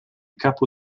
capo